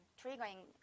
triggering